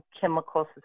Chemical